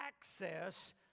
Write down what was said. access